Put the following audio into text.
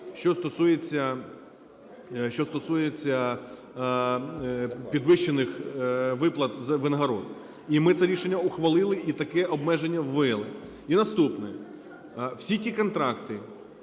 що стосуються підвищених виплат, винагород. І ми це рішення ухвалили і таке обмеження ввели. І наступне. Всі ті контракти